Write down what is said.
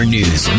News